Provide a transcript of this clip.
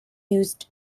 used